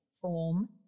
form